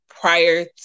prior